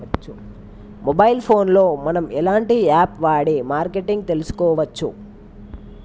Mobile phone లో మనం ఎలాంటి యాప్ వాడి మార్కెటింగ్ తెలుసుకోవచ్చు?